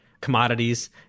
commodities